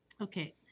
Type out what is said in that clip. Okay